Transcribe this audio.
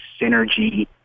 synergy